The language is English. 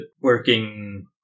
working